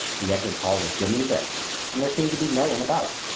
the entrance hall was dimly lit and there seemed to be no one about.